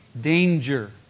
danger